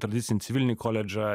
tradicinį civilinį koledžą